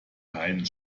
keinen